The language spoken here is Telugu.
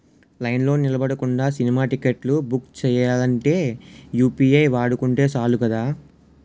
లైన్లో నిలబడకుండా సినిమా టిక్కెట్లు బుక్ సెయ్యాలంటే యూ.పి.ఐ వాడుకుంటే సాలు కదా